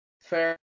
Fair